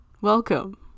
Welcome